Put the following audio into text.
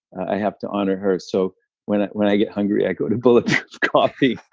i have to honor her. so when when i get hungry, i go to bulletproof coffee